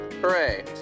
Hooray